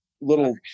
little